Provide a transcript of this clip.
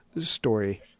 story